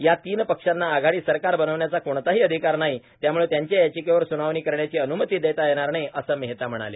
या तीन पक्षांना आघाडी सरकार बनवण्याचा कोणताही अधिकार नाही त्यामुळे त्यांच्या याचिकेवर सुनावणी करण्याची अनुमती देता येणार नाही असं मेहता म्हणाले